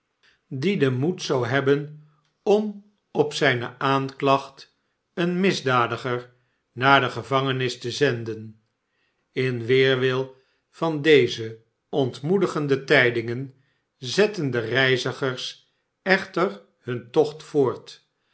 die den moed zou hebben om op zijne aanklacht een misdadiger naar de gevangenis te zenden in weerwil van deze ontmoedigende tijdingen zetten de reizigers echter hun tocht voort